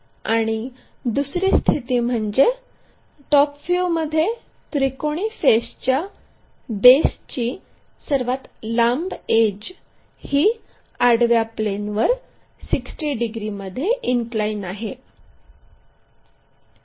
आणि दुसरी स्थिती म्हणजे टॉप व्ह्यूमध्ये त्रिकोणी फेसच्या बेसची सर्वात लांब एड्ज ही आडव्या प्लेनवर 60 डिग्रीमध्ये इनक्लाइन आहे